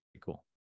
cool